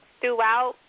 throughout